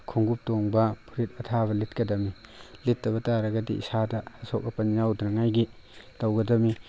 ꯈꯣꯡꯎꯞ ꯇꯣꯡꯕ ꯐꯨꯔꯤꯠ ꯑꯊꯥꯕ ꯂꯤꯠꯀꯗꯕꯅꯤ ꯂꯤꯠꯇꯕ ꯇꯥꯔꯒꯗꯤ ꯏꯁꯥꯗ ꯑꯁꯣꯛ ꯑꯄꯟ ꯌꯥꯎꯗꯅꯉꯥꯏꯒꯤ ꯇꯧꯒꯗꯕꯅꯤ